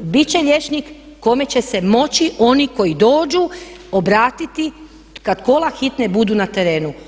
bit će liječnik kojem će se moći oni koji dođu obratiti kad kola hitne budu na terenu.